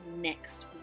next